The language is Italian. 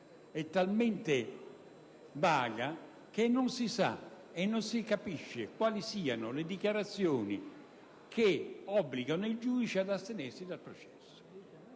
generica e vaga che non si sa e non si capisce quali siano le dichiarazioni che obbligano il giudice ad astenersi dal processo.